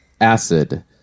acid